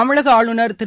தமிழக ஆளுநர் திரு